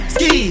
Ski